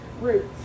roots